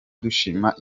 dushima